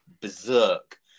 berserk